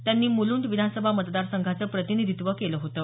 त्यांनी मुंलुंड विधानसभा मतदार संघाचं प्रतिनिधित्त्व केलं होतं